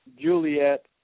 Juliet